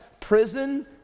prison